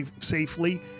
safely